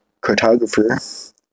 cartographer